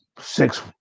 six